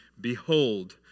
Behold